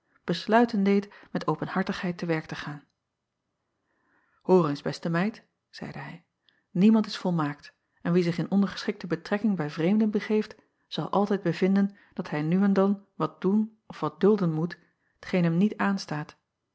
besluiten deed met openhartigheid te werk te gaan oor eens beste meid zeide hij niemand is volmaakt en wie zich in ondergeschikte betrekking bij vreemden begeeft zal altijd bevinden dat hij nu en dan wat doen of wat dulden moet t geen hem niet aanstaat